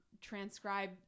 transcribe